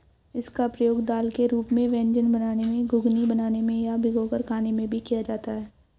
इसका प्रयोग दाल के रूप में व्यंजन बनाने में, घुघनी बनाने में या भिगोकर खाने में भी किया जाता है